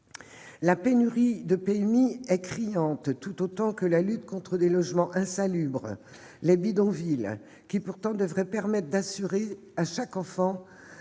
et infantile (PMI) est criante, tout autant que la lutte contre les logements insalubres, les bidonvilles, qui pourtant devrait permettre d'assurer à chaque enfant